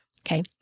okay